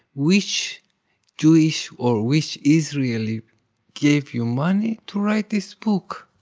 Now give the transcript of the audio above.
which jewish or which israeli gave you money to write this book?